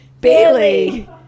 Bailey